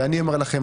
ואני אומר לכם,